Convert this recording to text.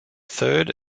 third